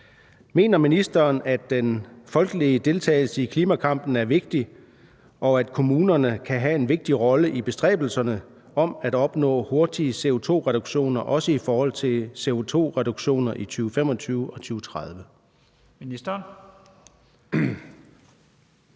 Mener ministeren, at den folkelige deltagelse i klimakampen er vigtig, og at kommunerne kan have en vigtig rolle i bestræbelserne på at opnå hurtige CO2-reduktioner, også i forhold til CO2-reduktioner i 2025 og 2030?